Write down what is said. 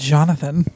Jonathan